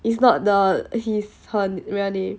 it's not the he's her real name